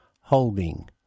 Holding